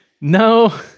no